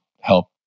help